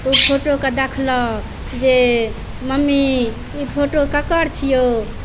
तऽ ओ फोटोके देखलक जे मम्मी ई फोटो ककर छिऔ